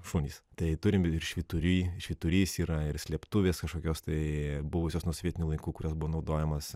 šunys tai turim ir švyturį švyturys yra ir slėptuvės kažkokios tai buvusios nuo sovietinių laikų kurios buvo naudojamos